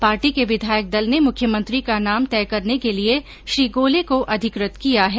party के विधायक दल ने मुख्यमंत्री का नाम तय करने के लिए श्री गोले को अधिकृत किया है